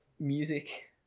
Music